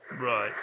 right